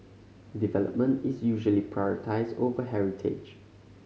development is usually prioritised over heritage